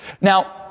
Now